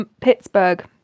Pittsburgh